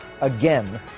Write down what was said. again